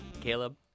Caleb